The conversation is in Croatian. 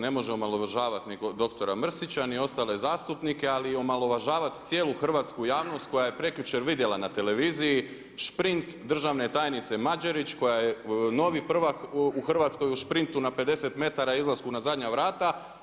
Ne može omalovažavati, niti doktora Mrsića, niti ostale zastupnike, ali omalovažavati cijelu Hrvatsku javnost, koja je prekjučer vidjela na televiziji, šprint državne tajnice Mađerić, koja je novi prvak u Hrvatskoj u šprintu na 50 metara i izlasku na zadnja vrata.